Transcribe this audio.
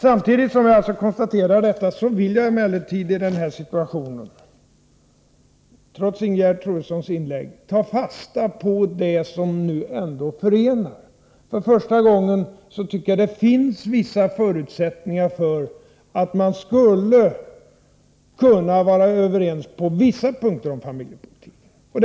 Samtidigt som jag konstaterar detta vill jag emellertid i den här situationen, trots Ingegerd Troedssons inlägg, ta fasta på det som nu ändå förenar. Jag tycker att det för första gången finns vissa förutsättningar för att man skulle kunna vara överens när det gäller vissa punkter av familjepolitiken.